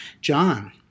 John